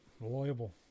reliable